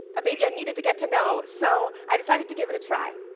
a baby i needed to get to know. so i decided to give it a try.